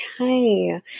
okay